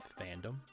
Fandom